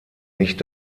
nicht